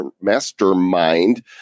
Mastermind